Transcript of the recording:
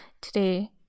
Today